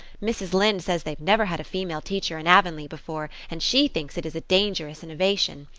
mrs. lynde says they've never had a female teacher in avonlea before and she thinks it is a dangerous innovation.